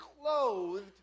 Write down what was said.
clothed